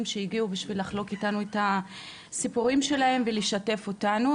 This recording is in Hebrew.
שהגיעו בשביל לחלוק איתנו את הסיפורים שלהם ולשתף אותנו.